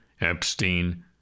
Epstein